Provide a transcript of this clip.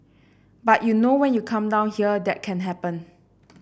but you know when you come down here that can happen